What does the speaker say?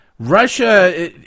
russia